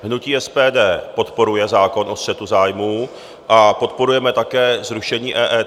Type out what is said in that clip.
Hnutí SPD podporuje zákon o střetu zájmů a podporujeme také zrušení EET.